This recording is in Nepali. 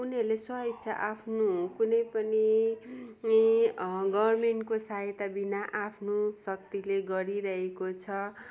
उनीहरूले स्वइच्छा आफ्नो कुनै पनि नि गभर्मेन्टको सहायता बिना आफ्नो शक्तिले गरिरहेको छ